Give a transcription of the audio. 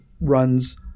runs